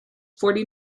forty